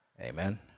Amen